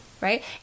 right